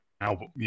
album